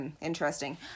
interesting